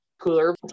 cooler